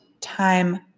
time